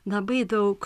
labai daug